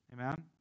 Amen